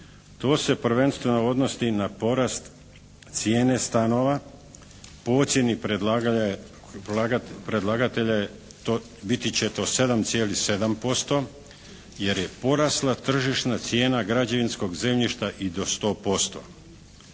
To se prvenstveno odnosi na porast cijene stanova po ocjeni predlagatelja biti će to 7,7% jer je porasla tržišna cijena građevinskog zemljišta i do 100%.